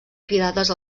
cridades